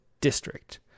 District